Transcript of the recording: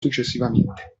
successivamente